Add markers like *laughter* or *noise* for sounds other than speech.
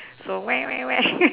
so *noise* *laughs*